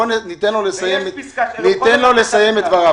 בואו ניתן לו לסיים את דבריו.